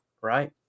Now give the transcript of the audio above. right